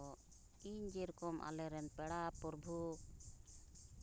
ᱤᱧ ᱡᱮᱨᱚᱠᱚᱢ ᱟᱞᱮᱨᱮᱱ ᱯᱮᱲᱟ ᱯᱚᱨᱵᱷᱩ